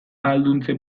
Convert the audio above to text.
ahalduntze